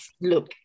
look